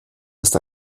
ist